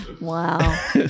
wow